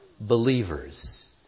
believers